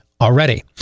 Already